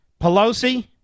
Pelosi